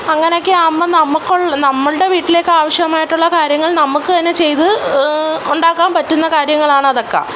അങ്ങനെയൊക്കെയാകുമ്പം നമുക്കുള്ള നമ്മളുടെ വീട്ടിലേക്കാവശ്യമായിട്ടുള്ള കാര്യങ്ങൾ നമ്മൾക്ക് തന്നെ ചെയ്ത് ഉണ്ടാക്കാൻ പറ്റുന്ന കാര്യങ്ങളാണതൊക്കെ